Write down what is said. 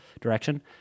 direction